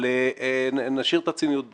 אבל נשאיר את הציניות בצד.